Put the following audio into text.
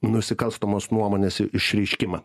nusikalstamos nuomonės išreiškimą